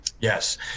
Yes